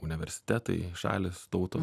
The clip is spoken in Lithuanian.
universitetai šalys tautos